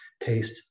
taste